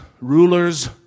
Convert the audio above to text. rulers